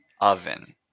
oven